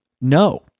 no